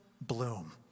bloom